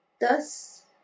Thus